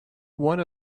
one